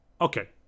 okay